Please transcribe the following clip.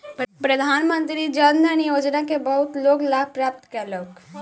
प्रधानमंत्री जन धन योजना के बहुत लोक लाभ प्राप्त कयलक